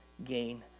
gain